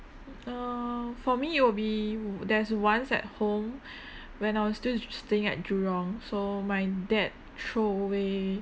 err for me it will be there's once at home when I was still staying at jurong so my dad throw away